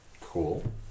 Cool